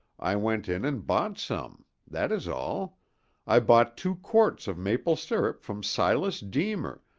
i went in and bought some that is all i bought two quarts of maple sirup from silas deemer,